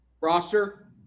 roster